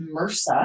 MRSA